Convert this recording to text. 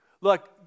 Look